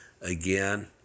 Again